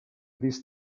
this